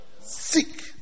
Seek